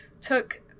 took